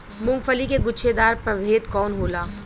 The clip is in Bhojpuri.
मूँगफली के गुछेदार प्रभेद कौन होला?